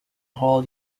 hall